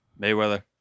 Mayweather